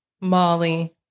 Molly